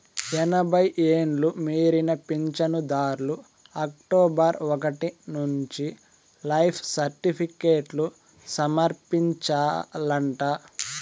ఎనభై ఎండ్లు మీరిన పించనుదార్లు అక్టోబరు ఒకటి నుంచి లైఫ్ సర్టిఫికేట్లు సమర్పించాలంట